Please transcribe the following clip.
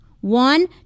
One